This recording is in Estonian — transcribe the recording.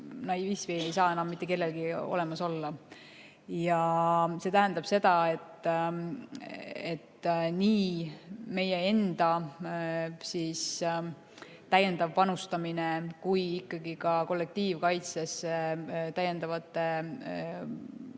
ei saa enam mitte kellelgi olla. See tähendab seda, et nii meie enda täiendav panustamine kui ikkagi ka kollektiivkaitse tugevdamine